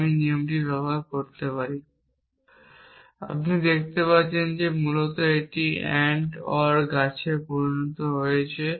সুতরাং আপনি দেখতে পাচ্ছেন যে এটি মূলত একটি AND OR গাছে পরিণত হচ্ছে